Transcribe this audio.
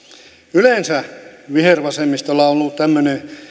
yleensä vihervasemmistolla on ollut tämmöinen